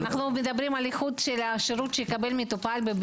אנחנו מדברים על איחוד השירות שיקבל מטופל.